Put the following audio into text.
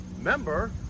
member